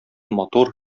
матур